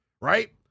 right